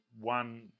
one